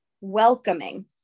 welcoming